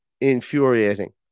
infuriating